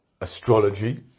astrology